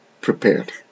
prepared